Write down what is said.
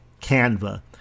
Canva